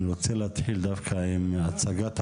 אני רוצה להתחיל דווקא עם הצגת החוק.